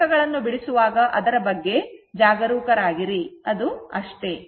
ಆದ್ದರಿಂದ ಲೆಕ್ಕಗಳನ್ನು ಬಿಡಿಸುವಾಗ ಅದರ ಬಗ್ಗೆ ಜಾಗರೂಕರಾಗಿರಿ ಅದು ಅಷ್ಟೆ